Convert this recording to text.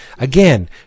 Again